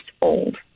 old